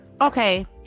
okay